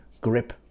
grip